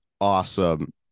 awesome